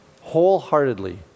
wholeheartedly